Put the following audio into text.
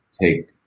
take